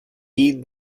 heed